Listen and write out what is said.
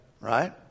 right